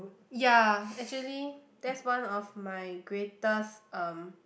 ya actually that's one of my greatest um